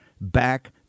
Back